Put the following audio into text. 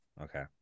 Okay